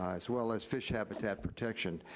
as well as fish habitat protection.